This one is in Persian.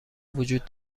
وجود